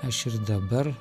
aš ir dabar